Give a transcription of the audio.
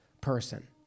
person